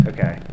Okay